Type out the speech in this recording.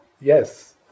Yes